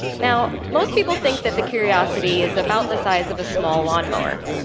now, most people think that the curiosity is about the size of a small lawnmower.